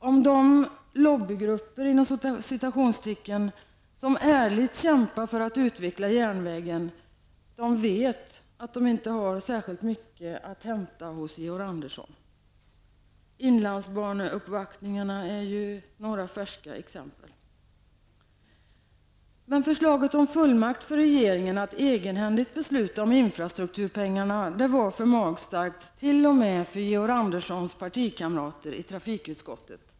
Och de ''lobbygrupper'' som ärligt kämpar för att utveckla järnvägen vet att de inte har särskilt mycket att hämta hos Georg Andersson. Inlandsbaneuppvaktningarna är ett färskt exempel. Förslaget om fullmakt för regeringen att egenhändigt besluta om infrastrukturpengarna var för magstarkt t.o.m. för Georg Anderssons partikamrater i trafikutskottet.